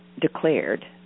declared